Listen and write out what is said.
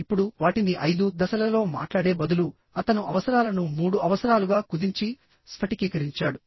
ఇప్పుడు వాటిని 5 దశలలో మాట్లాడే బదులు అతను అవసరాలను 3 అవసరాలుగా కుదించి స్ఫటికీకరించాడు